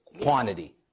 quantity